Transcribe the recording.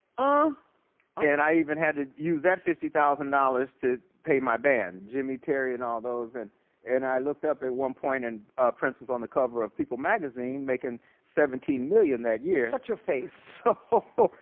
ah and i even had to use that fifty thousand dollars to pay my band, jimmy, terry, and all those, and and i looked up at one point and prince was on the cover of people magazine making seventeen million that year. shut your face. so,